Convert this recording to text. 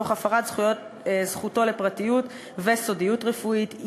תוך הפרת זכותו לפרטיות ולסודיות רפואית,